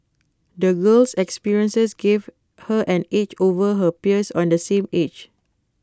the girl's experiences gave her an edge over her peers on the same age